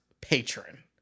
patron